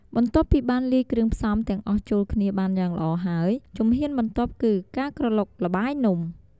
បន្ទាប់ពីបានលាយគ្រឿងផ្សំទាំងអស់ចូលគ្នាបានយ៉ាងល្អហើយ ជំហានបន្ទាប់គឺ ការក្រឡុកល្បាយនំ។